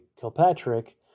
Kilpatrick